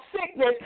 sickness